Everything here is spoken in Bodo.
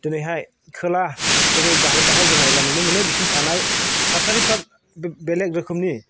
दोनैहाय खोला दिनै भारतनावहाय जों नायब्ला नुनो मोनो बिसिनि थानाय थासारिफ्रा बेलेग रोखोमनि